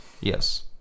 yes